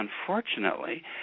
unfortunately